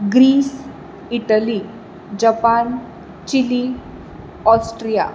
Greece Italy Japan Chile Austria